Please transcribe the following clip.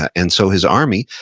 and so, his army,